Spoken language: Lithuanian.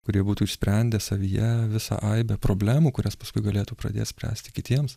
kurie būtų išsprendę savyje visą aibę problemų kurias paskui galėtų pradėt spręsti kitiems